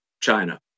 China